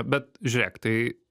bet žiūrėk tai